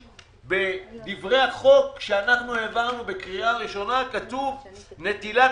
בדברי החוק שאנחנו העברנו בקריאה ראשונה כתוב "נטילת